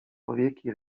powieki